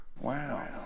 Wow